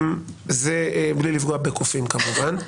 כמובן בלי לפגוע בקופים כמובן,